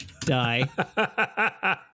die